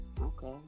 Okay